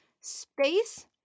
Space